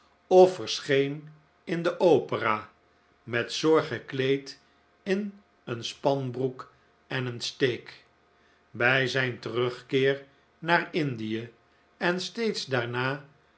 of verscheen in de opera met zorg gekleed in een spanbroek en een steek bij zijn terugkeer naar indie en steeds daarna